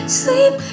sleep